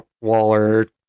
Waller